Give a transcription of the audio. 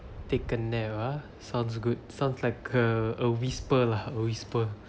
sounds good sounds like a a whisper lah a whisper